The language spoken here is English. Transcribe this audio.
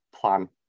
plan